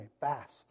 fast